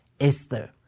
Esther